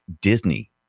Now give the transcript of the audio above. Disney